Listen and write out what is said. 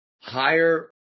higher